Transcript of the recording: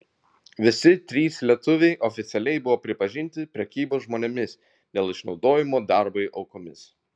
visi trys lietuviai oficialiai buvo pripažinti prekybos žmonėmis dėl išnaudojimo darbui aukomis